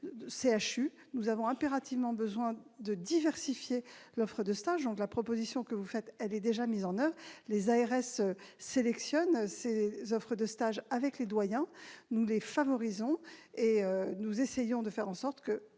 Nous avons impérativement besoin de diversifier l'offre de stage. La proposition que vous faites est déjà mise en oeuvre : les ARS sélectionnent les offres de stages avec les doyens. Nous les encourageons et essayons de faire en sorte qu'un